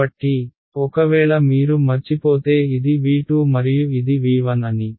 కాబట్టి ఒకవేళ మీరు మర్చిపోతే ఇది V2 మరియు ఇది V1 అని